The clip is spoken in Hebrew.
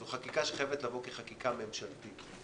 זו חקיקה שחייבת לבוא כחקיקה ממשלתית,